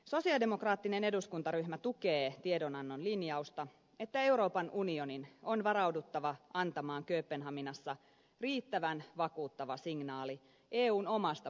sosialidemokraattinen eduskuntaryhmä tukee tiedonannon linjausta että euroopan unionin on varauduttava antamaan kööpenhaminassa riittävän vakuuttava signaali eun omasta päästövähennystavoitteesta